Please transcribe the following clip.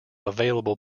available